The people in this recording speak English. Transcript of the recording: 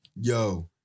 Yo